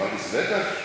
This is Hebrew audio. אמרתי סבטה?